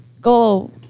go